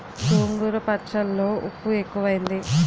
గోంగూర పచ్చళ్ళో ఉప్పు ఎక్కువైంది